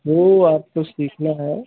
वह आपको सीखना है